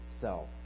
self